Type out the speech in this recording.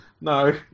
No